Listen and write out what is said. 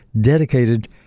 dedicated